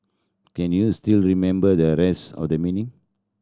can you still remember the rest of the meaning